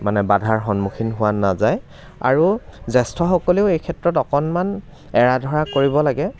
মানে বাধাৰ সন্মুখীন হোৱা নাযায় আৰু জ্যেষ্ঠসকলেও এই ক্ষেত্ৰত অকণমান এৰা ধৰা কৰিব লাগে